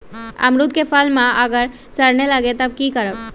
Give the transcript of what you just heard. अमरुद क फल म अगर सरने लगे तब की करब?